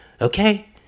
Okay